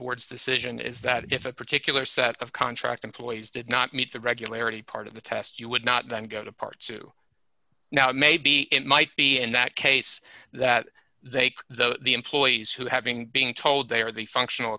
board's decision is that if a particular set of contract employees did not meet the regularity part of the test you would not then go to part two now maybe it might be in that case that they could though the employees who having been told they are the functional